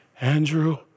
Andrew